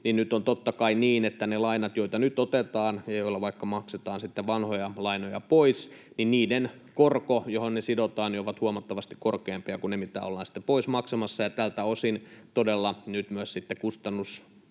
tapahtui, on totta kai niin, että niiden lainojen, joita nyt otetaan ja joilla vaikka maksetaan sitten vanhoja lainoja pois, korot, joihin ne sidotaan, ovat huomattavasti korkeampia kuin ne, mitä ollaan sitten pois maksamassa, ja tältä osin todella nyt myös kustannus